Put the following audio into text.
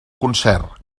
concert